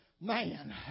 man